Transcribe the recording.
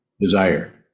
desire